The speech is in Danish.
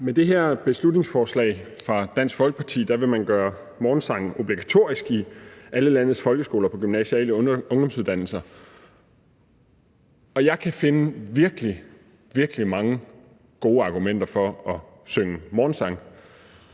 Med det her beslutningsforslag fra Dansk Folkeparti vil man gøre morgensangen obligatorisk i alle landets folkeskoler og på de gymnasiale ungdomsuddannelser. Jeg kan finde virkelig, virkelig mange gode argumenter for at synge morgensang.